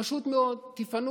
פשוט מאוד תפנו